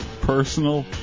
personal